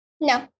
No